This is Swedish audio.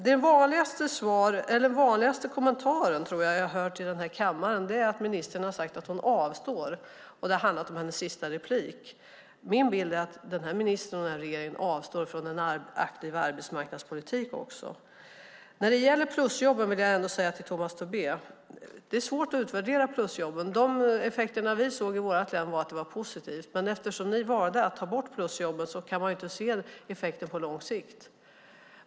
Jag tror att den vanligaste kommentaren som jag har hört i den här kammaren är att ministern har sagt att hon avstår, och det har handlat om hennes sista inlägg. Min bild är att denna minister och denna regering avstår från en aktiv arbetsmarknadspolitik också. När det gäller plusjobben vill jag ändå säga till Tomas Tobé att det är svårt att utvärdera plusjobben. De effekter som vi såg i vårt län var att de var positiva. Men eftersom ni valde att ta bort plusjobben kan man inte se effekten på lång sikt.